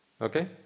Okay